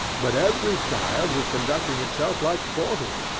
but every child was conducting itself like forty.